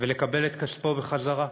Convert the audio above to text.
ולקבל את כספו בחזרה,